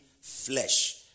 flesh